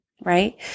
Right